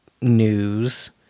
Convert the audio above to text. news